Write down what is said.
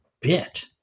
bit